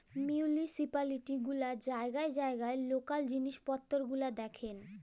municipality গুলা জাইগায় জাইগায় লকাল জিলিস পত্তর গুলা দ্যাখেল